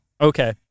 Okay